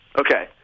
Okay